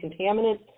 contaminants